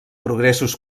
progressos